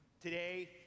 Today